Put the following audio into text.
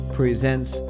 presents